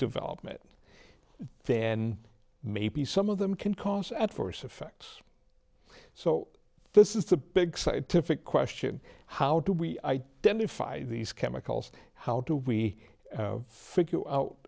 development then maybe some of them can cause adverse effects so this is the big scientific question how do we identify these chemicals how do we figure out